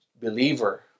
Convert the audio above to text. Believer